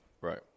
Right